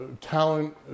talent